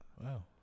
Wow